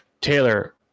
Taylor